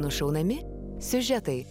nušaunami siužetai